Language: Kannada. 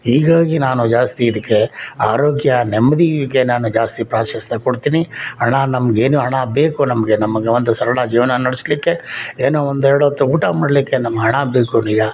ಹೀಗಾಗಿ ನಾನು ಜಾಸ್ತಿ ಇದಕ್ಕೆ ಆರೋಗ್ಯ ನೆಮ್ಮದಿಗೆ ನಾನು ಜಾಸ್ತಿ ಪ್ರಾಶಸ್ತ್ಯ ಕೊಡ್ತೀನಿ ಹಣ ನಮ್ಗೆ ಏನು ಹಣ ಬೇಕು ನಮಗೆ ನಮ್ಗೆ ಒಂದು ಸರಳ ಜೀವನ ನಡೆಸ್ಲಿಕ್ಕೆ ಏನೋ ಒಂದು ಎರಡು ಹೊತ್ತು ಊಟ ಮಾಡಲಿಕ್ಕೆ ನಮ್ಗೆ ಹಣ ಬೇಕು ನಿಜ